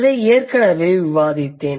இதை ஏற்கனவே விவாதித்தேன்